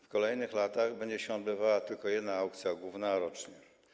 W kolejnych latach będzie się odbywała tylko jedna aukcja główna rocznie.